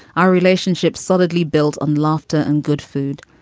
our relationship solidly built on laughter and good food.